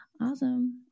awesome